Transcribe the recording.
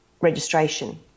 registration